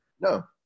No